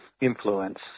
influence